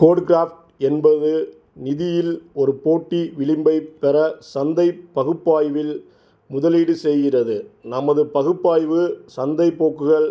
கோடு craft என்பது நிதியில் ஒரு போட்டி விளிம்பை பெற சந்தை பகுப்பாய்வில் முதலீடு செய்கிறது நமது பகுப்பாய்வு சந்தை போக்குகள்